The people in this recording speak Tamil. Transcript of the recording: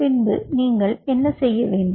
பின்பு நீங்கள் என்ன செய்ய வேண்டும்